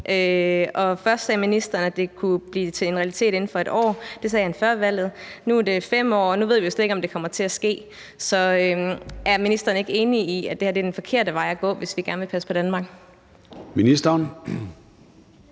Først sagde ministeren, at det kunne blive en realitet inden for et år – det sagde han før valget. Så var det 5 år, og nu ved vi jo slet ikke, om det kommer til at ske. Så er ministeren ikke enig i, at det her er den forkerte vej at gå, hvis vi gerne vil passe på Danmark? Kl.